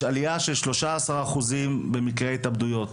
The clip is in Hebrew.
יש עלייה של 13 אחוזים במקרי התאבדויות,